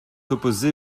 opposés